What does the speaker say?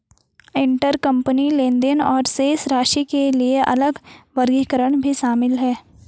intercompany लेनदेन और शेष राशि के लिए अलग वर्गीकरण भी शामिल हैं